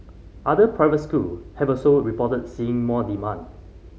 other private school have also reported seeing more demand